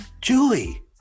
Julie